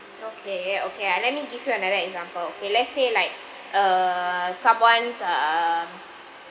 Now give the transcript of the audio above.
okay okay ah let me give you another example okay let's say like err someone's err